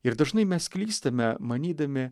ir dažnai mes klystame manydami